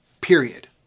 period